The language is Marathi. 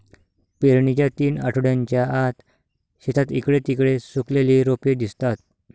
पेरणीच्या तीन आठवड्यांच्या आत, शेतात इकडे तिकडे सुकलेली रोपे दिसतात